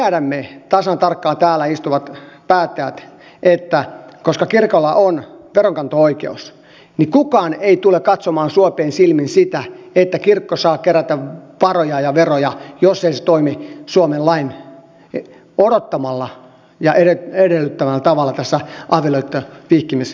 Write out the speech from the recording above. me tiedämme tasan tarkkaan täällä istuvat päättäjät että koska kirkolla on veronkanto oikeus niin kukaan ei tule katsomaan suopein silmin sitä että kirkko saa kerätä varoja ja veroja jos se ei toimi suomen lain odottamalla ja edellyttämällä tavalla tässä avioliittoon vihkimiskysymyksessä